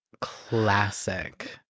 classic